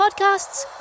podcasts